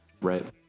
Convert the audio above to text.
right